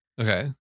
Okay